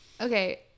Okay